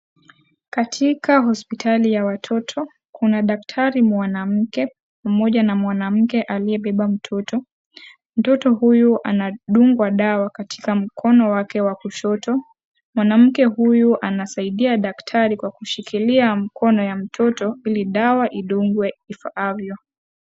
Katika hospitali ya watoto kuna daktari mwanamke pamoja na mwanamke aliyebeba mtoto, mtoto huyu anadungwa dawa katika mkono wake wa kushoto. Mwanamke huyu anamsaidia daktari kwa kumshikilia wa mtoto ili dawa idungwe ipasavyo.